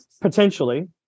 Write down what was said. potentially